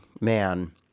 man